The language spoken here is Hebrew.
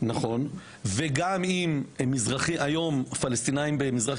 וגם עם מזרחים היום ופלסטינאים במזרח